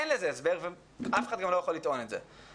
אין לזה הסבר ואף אחד לא לטעון את זה.